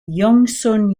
gongsun